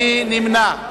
מי נמנע?